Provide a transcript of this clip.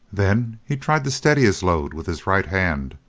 then he tried to steady his load with his right hand,